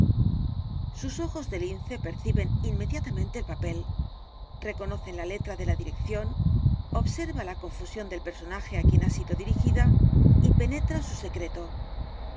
sus ojos de lince perciben inmediatamente el papel reconocen la letra de la dirección obsérvala confusión del personaje á quien ha sido dirigida y penetra su secreto